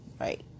Right